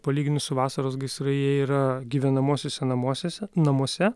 palyginus su vasaros gaisrai jie yra gyvenamuosiuose namuosiuose namuose